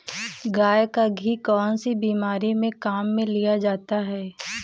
गाय का घी कौनसी बीमारी में काम में लिया जाता है?